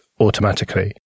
automatically